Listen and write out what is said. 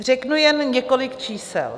Řeknu jen několik čísel.